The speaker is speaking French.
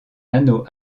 anneau